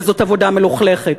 וזאת עבודה מלוכלכת.